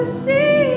see